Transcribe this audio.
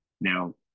Now